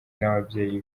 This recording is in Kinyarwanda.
n’ababyeyi